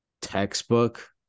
textbook